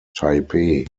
taipei